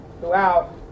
throughout